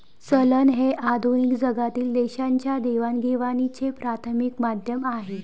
चलन हे आधुनिक जगातील देशांच्या देवाणघेवाणीचे प्राथमिक माध्यम आहे